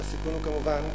כמובן,